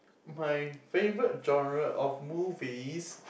my favourite genre of movies